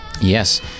Yes